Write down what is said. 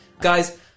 guys